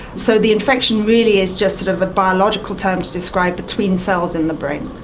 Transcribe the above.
so the infection really is just sort of a biological term to describe between cells in the brain.